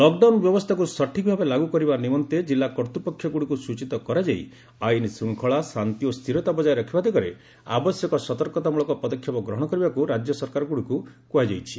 lockdown ବ୍ୟବସ୍ଥାକୁ ସଠିକ ଭାବେ ଲାଗୁ କରିବା ନିମନ୍ତେ ଜିଲ୍ଲା କର୍ତ୍ତପକ୍ଷଗୁଡ଼ିକୁ ସୂଚୀତ କରାଯାଇ ଆଇନ୍ଶୃଙ୍ଖଳା ଶାନ୍ତି ଓ ସ୍ଥିରତା ବଜାୟ ରଖିବା ଦିଗରେ ଆବଶ୍ୟକ ସତର୍କତା ମୃଳକ ପଦକ୍ଷେପ ଗ୍ରହଣ କରିବାକୁ ରାଜ୍ୟସରକାରଗୁଡ଼ିକୁ କୁହାଯାଇଛି